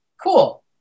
cool